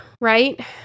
right